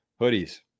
hoodies